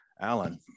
Alan